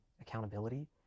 accountability